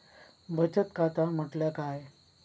बचत खाता म्हटल्या काय?